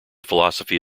philosophy